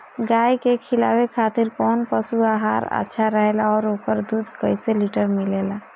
गाय के खिलावे खातिर काउन पशु आहार अच्छा रहेला और ओकर दुध कइसे लीटर मिलेला?